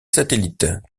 satellites